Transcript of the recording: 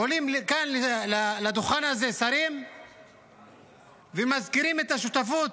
עולים לכאן, לדוכן הזה, שרים ומזכירים את השותפות